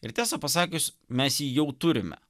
ir tiesą pasakius mes jį jau turime